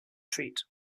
treat